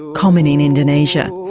common in indonesia.